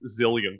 zillion